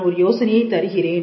நான் ஒரு யோசனையை தருகிறேன்